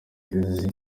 izi